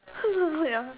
ya